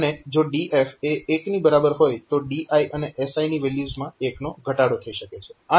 અને જો DF એ 1 ની બરાબર હોય તો DI અને SI ની વેલ્યુઝમાં 1 નો ઘટાડો થઈ શકે છે